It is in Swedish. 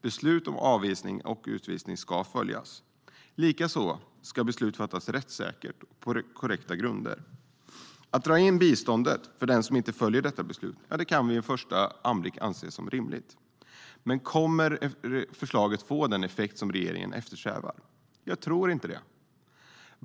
Beslut om avvisning och utvisning ska följas. Likaså ska beslut fattas rättssäkert och på korrekta grunder. Att dra in biståndet för den som inte följer detta beslut kan vid en första anblick anses som rimligt. Men kommer förslaget att få den effekt som regeringen eftersträvar? Jag tror inte det.